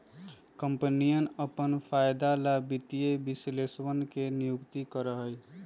कम्पनियन अपन फायदे ला वित्तीय विश्लेषकवन के नियुक्ति करा हई